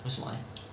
为什么 eh